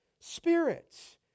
Spirits